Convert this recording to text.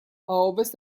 ovest